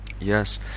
Yes